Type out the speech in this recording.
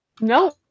No